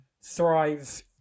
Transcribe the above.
thrive